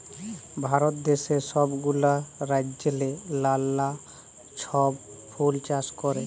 ভারত দ্যাশে ছব গুলা রাজ্যেল্লে লালা ছব ফুল চাষ হ্যয়